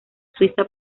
suiza